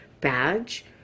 badge